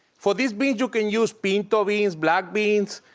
for these beans, you can use pinto beans, black beans,